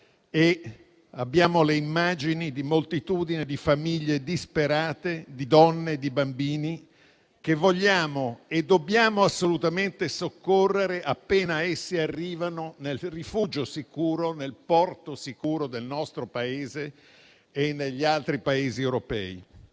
occhi, le immagini di moltitudini di famiglie disperate, di donne e di bambini che vogliamo e dobbiamo assolutamente soccorrere appena essi arrivano nel rifugio sicuro, nel porto sicuro del nostro Paese e negli altri Paesi europei,